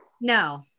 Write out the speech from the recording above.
no